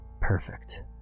Perfect